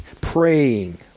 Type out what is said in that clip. praying